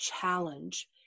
challenge